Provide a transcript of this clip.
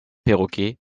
perroquet